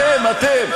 אתם, אתם.